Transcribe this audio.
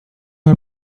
are